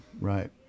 right